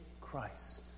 Christ